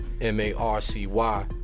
M-A-R-C-Y